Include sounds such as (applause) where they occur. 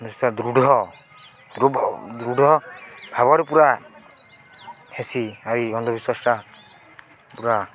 ଦୃଢ଼ (unintelligible) ଦୃଢ଼ ଭାବରେ ପୁରା ହେସି ଆରି ଅନ୍ଧବିଶ୍ଵାସଟା ପୁରା